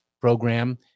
program